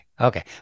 Okay